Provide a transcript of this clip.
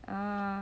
ah